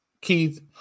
Keith